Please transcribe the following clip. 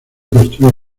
construir